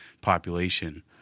population